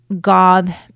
God